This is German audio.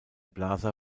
plaza